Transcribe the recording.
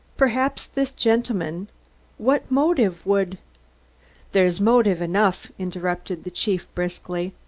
perhaps this gentleman what motive would there's motive enough, interrupted the chief briskly.